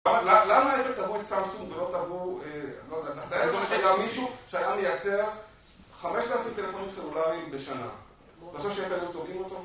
למה אפל תבעו את סמסונג ולא תבעו... אה.. לא יודע.. אלא מישהו שהיה מייצר 5000 טלפונים סלולריים בשנה, אתה חושב שהייתם לא תובעים אותו?